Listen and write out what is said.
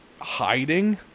hiding